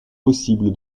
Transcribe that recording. possible